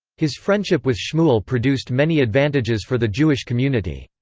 his friendship with shmuel produced many advantages for the jewish community.